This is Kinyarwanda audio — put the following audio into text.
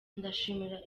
ndashimira